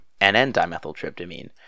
NN-dimethyltryptamine